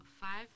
five